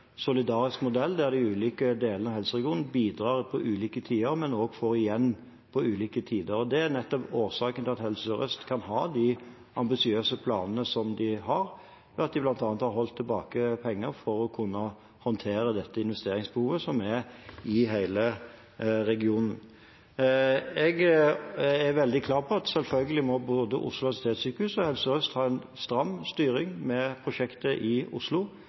igjen på ulike tider. Det er nettopp årsaken til at Helse Sør-Øst kan ha de ambisiøse planene som de har, ved at de bl.a. har holdt tilbake penger for å kunne håndtere dette investeringsbehovet som er i hele regionen. Jeg er veldig klar på at både Oslo universitetssykehus og Helse Sør-Øst selvfølgelig må ha en stram styring med prosjektet i Oslo,